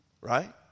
right